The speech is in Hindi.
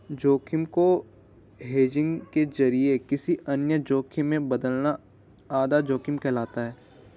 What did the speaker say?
जोखिम को हेजिंग के जरिए किसी अन्य जोखिम में बदलना आधा जोखिम कहलाता है